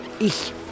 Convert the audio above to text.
Ich